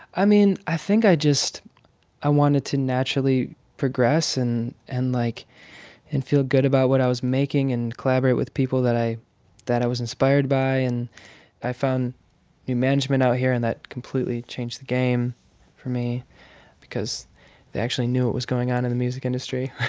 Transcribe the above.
i mean, i think i just i wanted to naturally progress and, like and feel good about what i was making and collaborate with people that i that i was inspired by. and i found new management out here, and that completely changed the game for me because they actually knew what was going on in the music industry.